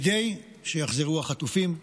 כדי שיחזרו החטופים,